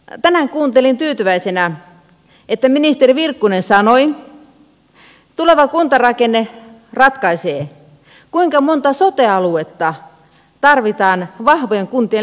tänään kuuntelin tyytyväisenä kun ministeri virkkunen sanoi että tuleva kuntarakenne ratkaisee kuinka monta sote aluetta tarvitaan vahvojen kuntien lisäksi